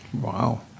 Wow